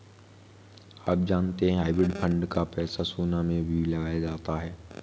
आप जानते है हाइब्रिड फंड का पैसा सोना में भी लगाया जाता है?